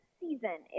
season